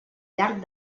llarg